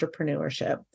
entrepreneurship